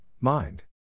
Mind